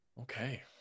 Okay